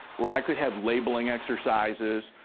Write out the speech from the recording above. where i could have labeling exercises.